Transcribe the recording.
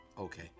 Okay